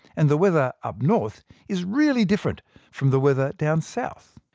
and the weather up north is really different from the weather down south.